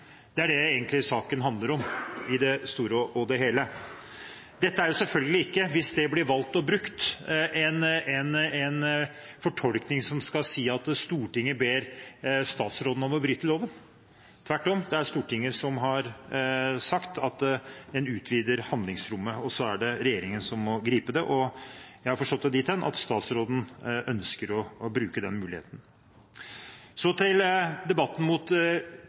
er det saken egentlig handler om, i det store og hele. Dette er selvfølgelig ikke, hvis det blir valgt brukt, en fortolkning som sier at Stortinget ber statsråden om å bryte loven. Tvert om, det er Stortinget som har sagt at en utvider handlingsrommet, og så er det regjeringen som må gripe det, og jeg har forstått det dit hen at statsråden ønsker å bruke den muligheten. Så til debatten opp mot